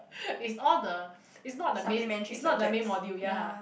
it's all the it's not the main it's not main module ya